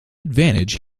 advantage